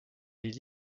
les